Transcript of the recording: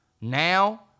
Now